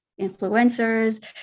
influencers